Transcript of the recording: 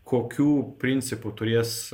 kokių principų turės